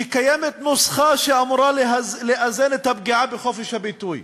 שקיימת נוסחה שאמורה לאזן את הפגיעה בחופש הביטוי.